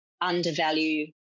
undervalue